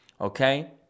okay